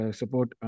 support